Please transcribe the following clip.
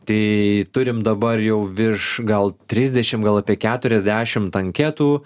tai turim dabar jau virš gal trisdešimt gal apie keturiasdešimt anketų